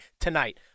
tonight